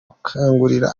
gukangurira